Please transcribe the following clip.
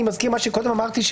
אני מזכיר מה שקודם אמרתי,